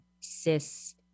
cis